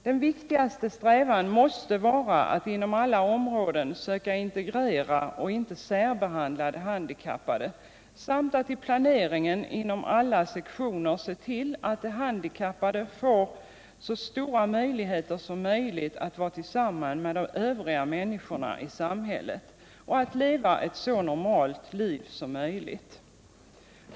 Den viktigaste strävan måste vara att inom alla områden söka intregrera och inte särbehandla de handikappade samt att i planeringen inom alla sektioner se till att de handikappade får möjligheter att tillsammans med de övriga människorna i samhället leva ett så normalt liv som möjligt.